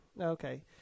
Okay